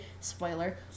spoiler